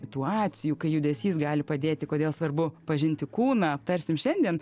situacijų kai judesys gali padėti kodėl svarbu pažinti kūną aptarsim šiandien